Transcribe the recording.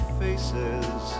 faces